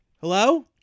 Hello